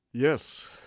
Yes